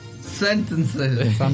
Sentences